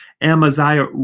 Amaziah